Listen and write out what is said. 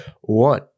one